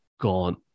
gone